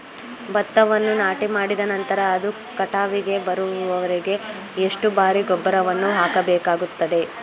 ಭತ್ತವನ್ನು ನಾಟಿಮಾಡಿದ ನಂತರ ಅದು ಕಟಾವಿಗೆ ಬರುವವರೆಗೆ ಎಷ್ಟು ಬಾರಿ ಗೊಬ್ಬರವನ್ನು ಹಾಕಬೇಕಾಗುತ್ತದೆ?